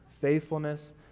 faithfulness